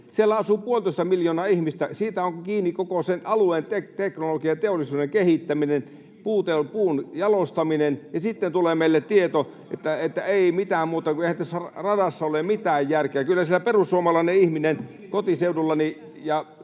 Siellä asuu puolitoista miljoonaa ihmistä, siitä on kiinni koko sen alueen teknologia ja teollisuuden kehittäminen, puun jalostaminen, ja sitten tulee meille tieto, että ei mitään muuta, kun eihän tässä radassa ole mitään järkeä. [Juho Eerola: Savon rata